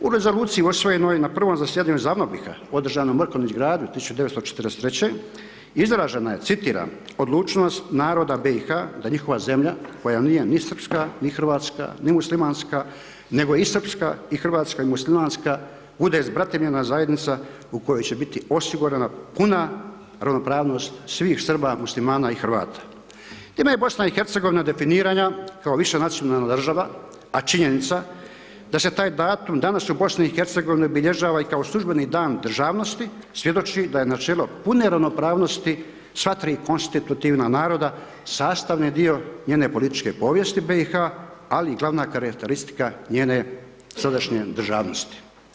U Rezoluciji usvojenoj na prvom zasjedanju ZAVNOBiH-a održanom u Mrkonjić Gradu 1943. izražena je citiram: „Odlučnost naroda BiH-a da njihova zemlja koja nije ni srpska, ni hrvatska, ni muslimanska nego i srpska i hrvatska i muslimanska bude zbratimljena zajednica u kojoj će biti osigurana puna ravnopravnost svih Srba, Muslimana i Hrvata. ... BiH-a definirana kao višenacionalna država a činjenica da se taj datum danas u BiH-a obilježava i kao službeni dan državnosti svjedoči da je na čelo pune ravnopravnosti sva tri konstitutivna naroda sastavni dio njene političke povijesti BiH-a ali i glavna karakteristika njene sadašnje državnosti.